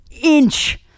inch